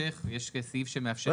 באמצעות היתר כללי כדי לקיים אחד מאלה"